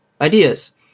ideas